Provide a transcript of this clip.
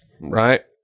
right